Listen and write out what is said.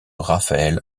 raphaël